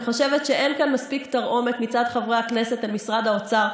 אני חושבת שאין כאן מספיק תרעומת מצד חברי הכנסת על משרד האוצר,